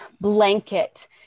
blanket